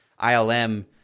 ILM